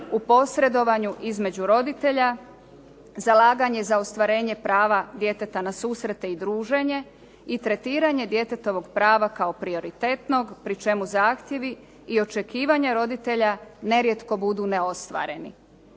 u posredovanju između roditelja, zalaganje za ostvarenje prava djeteta na susrete i druženje i tretiranje djetetovog prava kao prioritetnog pri čemu zahtjevi i očekivanja roditelja nerijetko budu neostvareni.